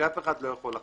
שאף אחד לא יכול לחלוק.